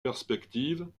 perspectives